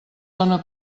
dóna